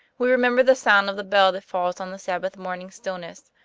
we remember the sound of the bell that falls on the sabbath morning stillness,